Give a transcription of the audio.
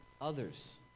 others